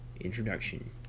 Introduction